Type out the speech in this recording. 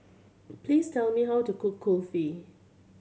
please tell me how to cook Kulfi